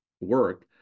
work